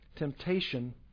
Temptation